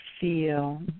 feel